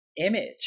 image